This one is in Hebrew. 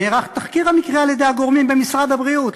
נערך תחקיר המקרה על-ידי הגורמים במשרד הבריאות,